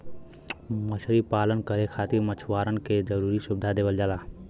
मछरी पालन करे खातिर मछुआरन के जरुरी सुविधा देवल जाला